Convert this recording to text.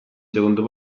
secondo